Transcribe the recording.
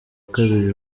kabiri